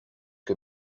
que